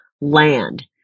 land